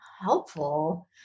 helpful